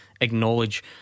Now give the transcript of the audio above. acknowledge